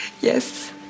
Yes